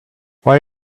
why